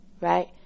Right